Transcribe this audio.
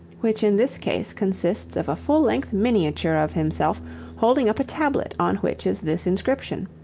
which in this case consists of a full length miniature of himself holding up a tablet on which is this inscription,